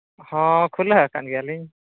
ᱦᱚᱸ ᱠᱷᱩᱞᱟᱹᱣ ᱟᱠᱟᱫ ᱜᱮᱭᱟᱞᱤᱧ